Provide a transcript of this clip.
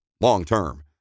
long-term